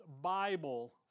Bible